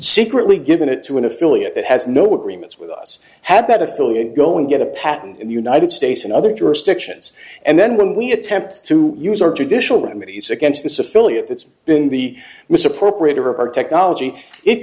secretly given it to an affiliate that has no agreements with us at that affiliate go and get a patent in the united states and other jurisdictions and then when we attempt to use our judicial remedies against this affiliate that's been the misappropriate of our technology it